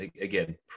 Again